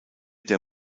der